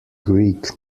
greek